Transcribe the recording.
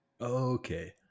Okay